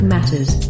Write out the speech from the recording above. Matters